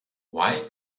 why